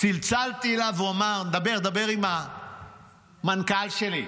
צלצלתי אליו והוא אמר: דבר עם המנכ"ל שלי.